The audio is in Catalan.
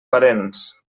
parents